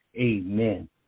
Amen